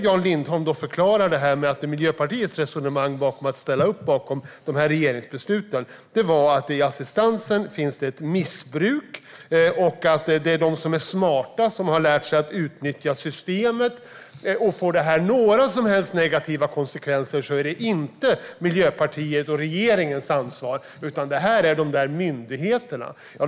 Jan Lindholm förklarar att Miljöpartiets resonemang för att ställa sig bakom regeringsbesluten var att det finns ett missbruk av assistansen och att det är de som är smarta som har lärt sig att utnyttja systemet. Får detta några som helst negativa konsekvenser är det inte Miljöpartiets och regeringens ansvar, utan det är myndigheternas ansvar.